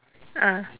ah